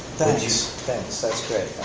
thanks, thanks, that's great,